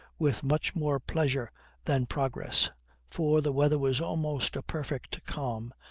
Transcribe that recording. with much more pleasure than progress for the weather was almost a perfect calm,